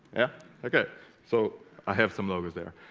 yeah okay so i have some logos there